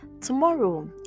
tomorrow